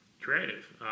creative